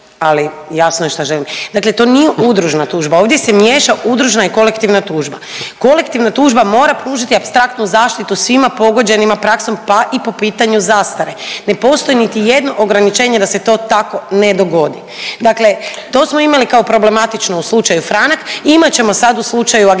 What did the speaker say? ali jasno je šta želim, dakle to nije udružna tužba, ovdje se miješa udružna i kolektivna tužba. Kolektivna tužba mora pružiti apstraktnu zaštitu svima pogođenima praksom, pa i po pitanju zastare. Ne postoji niti jedno ograničenje da se to tako ne dogodi. Dakle to smo imali kao problematično u slučaju franak, imat ćemo sada u slučaju agencija